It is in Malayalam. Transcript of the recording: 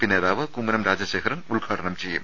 പി നേതാവ് കുമ്മനം രാജശേഖരൻ ഉദ്ഘാടനം ചെയ്യും